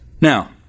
Now